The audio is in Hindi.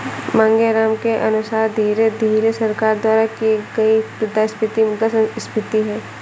मांगेराम के अनुसार धीरे धीरे सरकार द्वारा की गई मुद्रास्फीति मुद्रा संस्फीति है